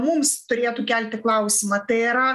mums turėtų kelti klausimą tai yra